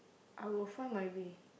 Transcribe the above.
I would find my way